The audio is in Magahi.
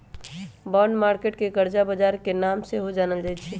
बॉन्ड मार्केट के करजा बजार के नाम से सेहो जानल जाइ छइ